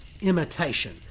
imitation